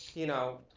you know,